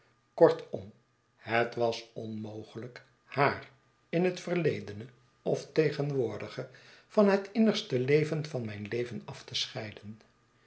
kortom het was onmogelijk haar in het verledene of tegenwoordige van het innigste leven van mijn leven af te scheiden